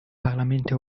parlamento